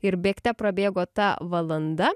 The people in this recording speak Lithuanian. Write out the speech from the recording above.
ir bėgte prabėgo ta valanda